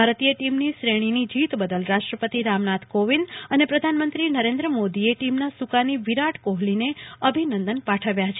ભારતીય ટીમની શ્રેણીની જીત બદલ રાષ્ટ્રપતિ રામનાથ કોવિંદ અને પ્રધાનમંત્રી નરેન્દ્ર મોદીએ ટીમના સૂકાની વિરાટ કોહલીને અભિનંદન આપ્યા છે